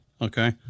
Okay